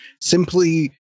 simply